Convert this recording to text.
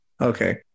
Okay